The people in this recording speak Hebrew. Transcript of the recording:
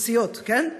רוסיות, כן?